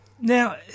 Now